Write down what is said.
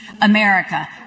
America